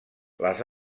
les